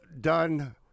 done